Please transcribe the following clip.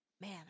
Man